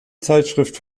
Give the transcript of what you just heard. zeitschrift